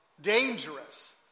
dangerous